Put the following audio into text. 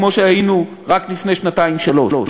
כמו שהייתה רק לפני שנתיים-שלוש,